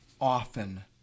often